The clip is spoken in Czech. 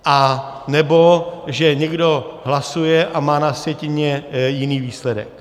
Anebo že někdo hlasuje a má na sjetině jiný výsledek.